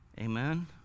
Amen